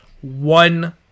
one